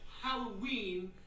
Halloween